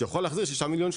שיכול להחזיר 6 מיליון ₪.